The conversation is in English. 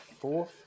fourth